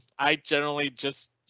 i generally just,